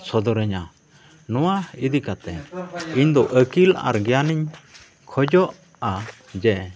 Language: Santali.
ᱥᱚᱫᱚᱨᱟᱹᱹᱧᱟ ᱱᱚᱣᱟ ᱤᱫᱤ ᱠᱟᱛᱮᱫ ᱤᱧᱫᱚ ᱟᱹᱠᱤᱞ ᱟᱨ ᱜᱮᱭᱟᱱᱤᱧ ᱠᱷᱚᱡᱚᱜᱼᱟ ᱡᱮ